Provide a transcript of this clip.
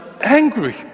angry